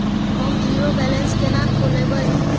हम zero balance केना खोलैब?